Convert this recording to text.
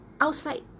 outside